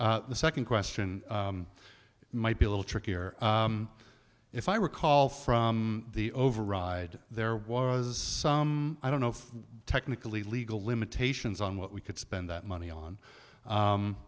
the second question might be a little trickier if i recall from the override there was some i don't know if technically legal limitations on what we could spend that money